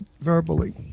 verbally